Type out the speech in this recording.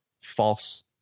false